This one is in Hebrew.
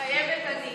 מתחייבת אני.